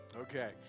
Okay